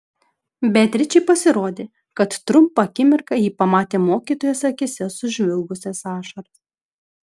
beatričei pasirodė kad trumpą akimirką ji pamatė mokytojos akyse sužvilgusias ašaras